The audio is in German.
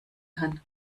kann